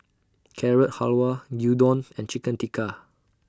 Carrot Halwa Gyudon and Chicken Tikka